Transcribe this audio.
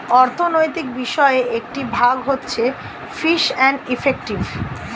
অর্থনৈতিক বিষয়ের একটি ভাগ হচ্ছে ফিস এন্ড ইফেক্টিভ